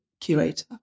curator